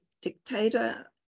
dictator